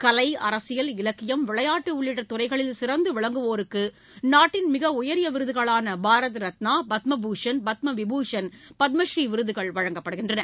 கலை அரசியல் இலக்கியம் விளையாட்டு உள்ளிட்ட துறைகளில் சிறந்து விளங்குவோருக்கு நாட்டின் மிக உயரிய விருதுகளான பாரத ரத்னா பத்மபூஷன் பத்மவிபூஷன் பத்மடுநீ விருதுகள் வழங்கப்படுகிறது